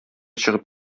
чыгып